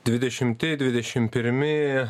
dvidešimti dvidešimt pirmi